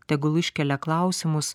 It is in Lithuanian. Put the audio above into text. tegul iškelia klausimus